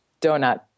donut